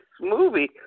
movie